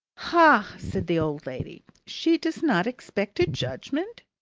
ha! said the old lady. she does not expect a judgment?